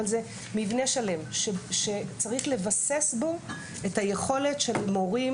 אבל זה מבנה שלם שצריך לבסס בו את היכולת של מורים